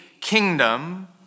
kingdom